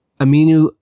Aminu